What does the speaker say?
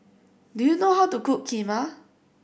do you know how to cook Kheema